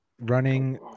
Running